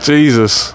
Jesus